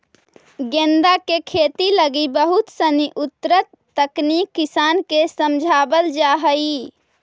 गेंदा के खेती लगी बहुत सनी उन्नत तकनीक किसान के समझावल जा हइ